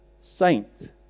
saint